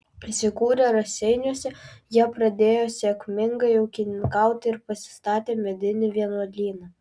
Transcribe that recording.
įsikūrę raseiniuose jie pradėjo sėkmingai ūkininkauti ir pasistatė medinį vienuolyną